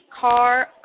Car